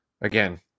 again